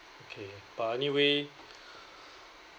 okay but anyway